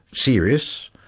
serious,